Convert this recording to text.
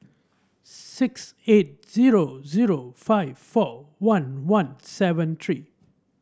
six eight zero zero five four one one seven three